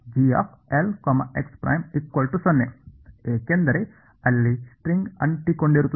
Glx'0 ಏಕೆಂದರೆ ಅಲ್ಲಿ string ಅಂಟಿಕೊಂಡಿರುತ್ತದೆ